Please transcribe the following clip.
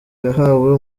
yahawe